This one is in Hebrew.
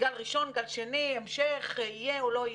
גל ראשון, גל שני, המשך, יהיה או לא יהיה.